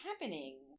happening